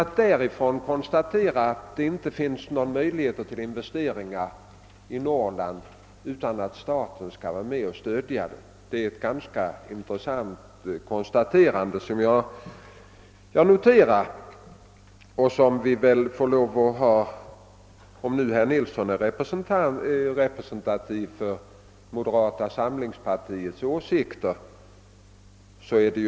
Det är som sagt intressant att notera uttalandet av herr Nilsson i Agnäs — om han nu är representativ för moderata samlingspartiets åsikter — att det inte finns någon möjlighet till investeringar i Norrland utan att staten skall vara med.